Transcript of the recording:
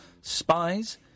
Spies